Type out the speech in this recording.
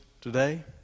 today